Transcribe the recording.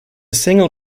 single